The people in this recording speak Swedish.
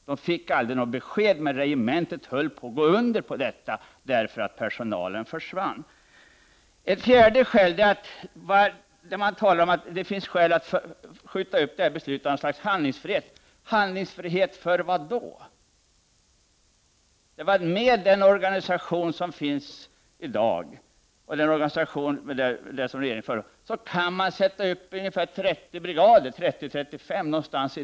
Man fick aldrig några klara besked, och regementet höll på att gå under av detta till följd av att personalen försvann. Det har sagts att det finns skäl att skjuta upp detta beslut för att behålla någon sorts handlingsfrihet. Handlingsfrihet för vad? Med den organisation som finns i dag och den som regeringen föreslår kan man sätta upp 30-35 brigader.